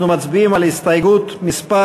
אנחנו מצביעים על הסתייגות מס'